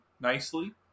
nicely